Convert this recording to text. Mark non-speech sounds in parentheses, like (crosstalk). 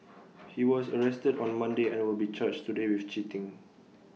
he was (noise) arrested on Monday and will be charged today with cheating